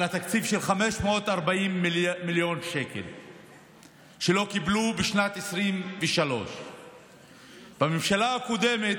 על תקציב של 540 מיליון שקל שלא קיבלו בשנת 2023. בממשלה הקודמת,